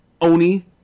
Oni